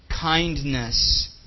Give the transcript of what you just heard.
kindness